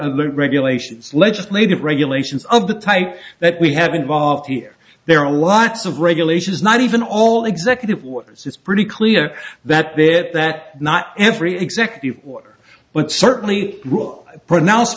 alert regulations legislative regulations of the type that we have involved here there are lots of regulations not even all executive orders it's pretty clear that they're at that not every executive order but certainly rule pronounce